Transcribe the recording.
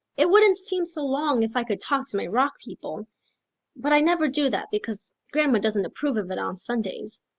it wouldn't seem so long if i could talk to my rock people but i never do that because grandma doesn't approve of it on sundays.